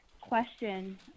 question